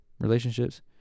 relationships